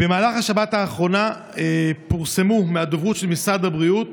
במהלך השבת האחרונה פורסמה מהדוברות של משרד הבריאות